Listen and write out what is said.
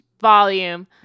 volume